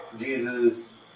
Jesus